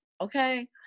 okay